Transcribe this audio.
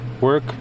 work